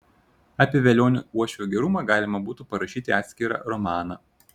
apie velionio uošvio gerumą galima būtų parašyti atskirą romaną